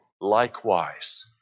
Likewise